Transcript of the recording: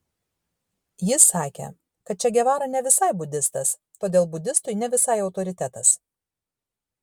jis sakė kad če gevara ne visai budistas todėl budistui ne visai autoritetas